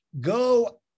go